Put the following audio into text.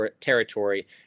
territory